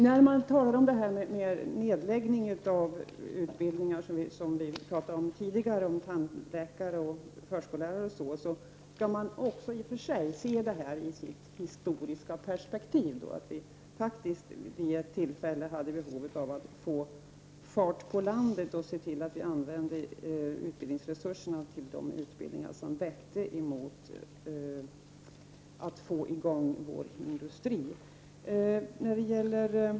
När man talar om nedläggning av utbildningar — vi talade tidigare bl.a. om tandläkarutbildningen och förskollärarutbildningen — måste man också se detta i ett historiskt perspektiv. Vid ett tillfälle hade vi behov av att få fart på landet och att se till att vi använde utbildningsresurserna till de utbildningar som syftade till att få i gång vår industri.